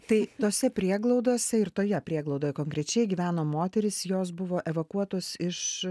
tai tose prieglaudose ir toje prieglaudoje konkrečiai gyveno moterys jos buvo evakuotos iš